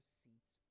seats